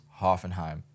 Hoffenheim